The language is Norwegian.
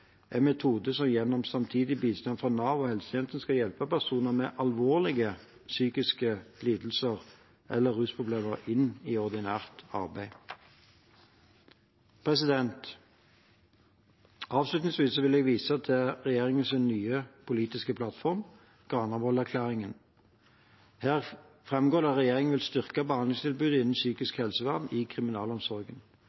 en metode som gjennom samtidig bistand fra Nav og helsetjenesten skal hjelpe personer med alvorlige psykiske lidelser eller rusproblemer inn i ordinært arbeid. Avslutningsvis vil jeg vise til regjeringens nye politiske plattform, Granavolden-erklæringen. Her fremgår det at regjeringen vil styrke behandlingstilbudet innen psykisk